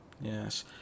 Yes